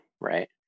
right